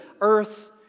earth